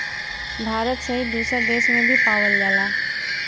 भारत सहित दुसर देस में भी पावल जाला